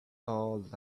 old